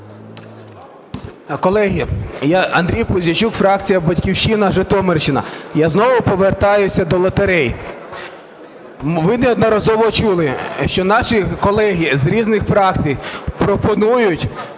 Колеги! Андрій Пузійчук, фракція "Батьківщина", Житомирщина. Я знову повертаюся до лотерей. Ви неодноразово чули, що наші колеги з різних фракцій пропонують,